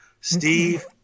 Steve